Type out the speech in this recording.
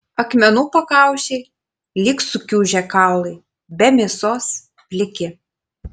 akmenų pakaušiai lyg sukiužę kaulai be mėsos pliki